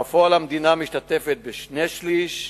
בפועל, המדינה משתתפת בשני-שלישים,